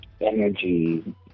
energy